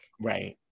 Right